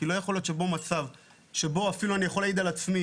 כי לא יכול להיות מצב שבו אני אפילו יכול להעיד על עצמי,